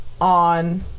on